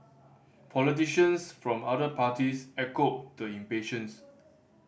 politicians from other parties echoed the impatience